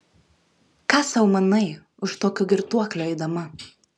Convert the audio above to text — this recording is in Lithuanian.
ką sau manai už tokio girtuoklio eidama